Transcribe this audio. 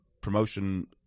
promotion